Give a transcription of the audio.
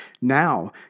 Now